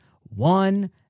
One